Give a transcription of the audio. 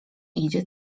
idzie